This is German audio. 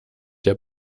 der